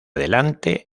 delante